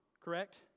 Correct